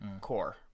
core